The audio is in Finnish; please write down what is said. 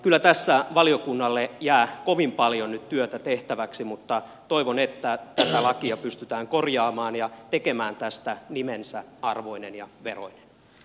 kyllä tässä valiokunnalle jää kovin paljon nyt työtä tehtäväksi mutta toivon että tätä lakia pystytään korjaamaan ja tekemään tästä nimensä arvoinen ja veroinen